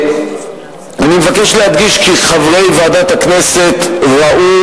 אני מבקש להדגיש כי חברי ועדת הכנסת ראו,